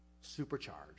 supercharged